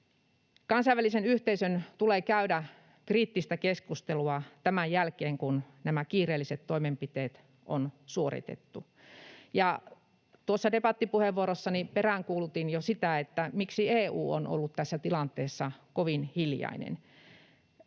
Kansainvälisen yhteisön tulee käydä kriittistä keskustelua tämän jälkeen, kun nämä kiireelliset toimenpiteet on suoritettu. Tuossa debattipuheenvuorossani peräänkuulutin jo sitä, miksi EU on ollut tässä tilanteessa kovin hiljainen.